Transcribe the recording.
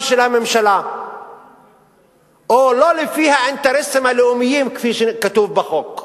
של הממשלה או לא לפי האינטרסים הלאומיים כפי שכתוב בחוק?